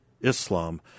Islam